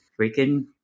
freaking